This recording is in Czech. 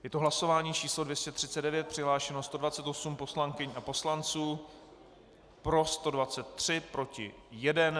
Je to hlasování číslo 239, přihlášeno 128 poslankyň a poslanců, pro 123, proti 1.